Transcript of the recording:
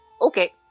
okay